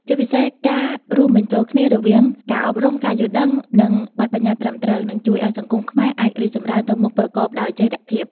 ជាពិសេសការរួមបញ្ចូលគ្នារវាងការអប់រំ ការយល់ដឹង និងបទប្បញ្ញត្តិត្រឹមត្រូវ នឹងជួយឲ្យសង្គមខ្មែរអាចរីកចម្រើនទៅមុខប្រកបដោយចីរភាព ។